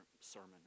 sermon